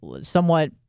somewhat